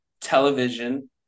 television